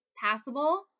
passable